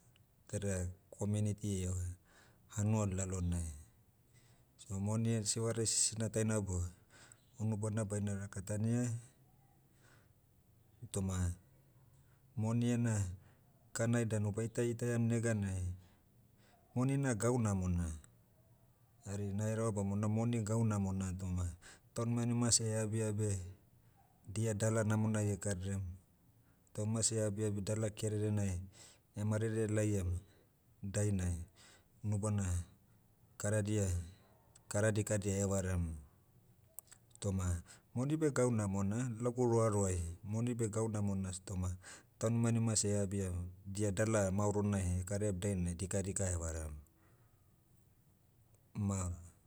Tada community ieva, hanua lalonai. So moni sivarai sisina taina bo, unubana baina rakatania. Toma, moni ena, kanai danu baita itaia neganai, moni na gau namona. Hari nahereva bamona moni gau namona toma, taunimanima seh eabia beh, dia dala namonai egdram. Tauma seh eabia beh dala kererenai, marere laiam, dainai, unubana, karadia, kara dikadia evaram. Toma, moni beh gau namona, lagu roaroai, moni beh gau namona s- toma, taunimanima seh eabia, dia dala maorona ekaraiam dainai dikadika evaram. Ma